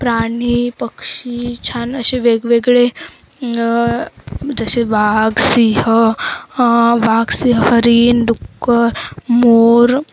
प्राणी पक्षी छान असे वेगवेगळे जसे वाघ सिंह वाघ सिंह हरीण डुक्कर मोर